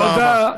תודה רבה.